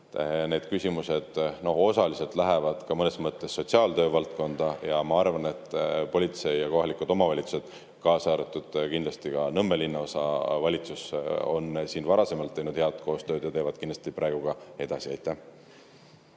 need küsimused osaliselt ka sotsiaaltöövaldkonda ja ma arvan, et politsei ja kohalikud omavalitsused, kaasa arvatud kindlasti ka Nõmme linnaosa valitsus, on varasemalt teinud head koostööd ja teevad kindlasti ka edasi.